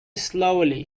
slowly